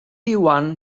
iwan